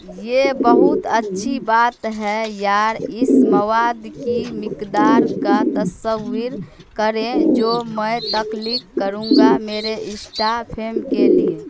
یہ بہت اچھی بات ہے یار اس مواد کی مقدار کا تصور کریں جو میں تخلیق کروں گا میرے انسٹا فیم کے لیے